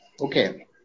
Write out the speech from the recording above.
Okay